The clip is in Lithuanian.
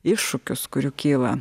iššūkius kurių kyla